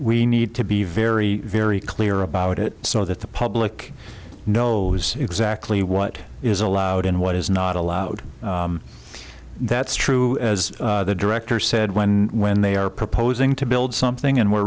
we need to be very very clear about it so that the public know exactly what is allowed and what is not allowed that's true as the director said when when they are proposing to build something and we're